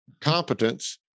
competence